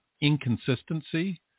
inconsistency